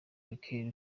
michael